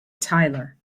tyler